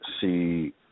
see